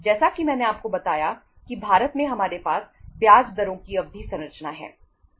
जैसा कि मैंने आपको बताया कि भारत में हमारे पास ब्याज दरों की अवधि संरचना है